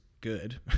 good